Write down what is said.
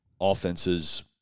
offenses